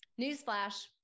Newsflash